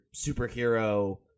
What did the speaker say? superhero